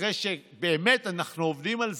אחרי שבאמת אנחנו עובדים על זה,